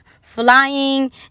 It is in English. flying